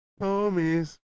homies